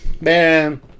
man